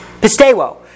Pistewo